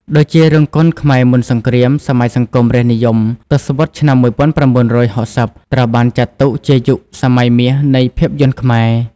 ដូចជា រោងកុនខ្មែរមុនសង្គ្រាម សម័យសង្គមរាស្ត្រនិយម ទសវត្សរ៍ឆ្នាំ១៩៦០ ត្រូវបានចាត់ទុកជាយុគសម័យមាសនៃភាពយន្តខ្មែរ។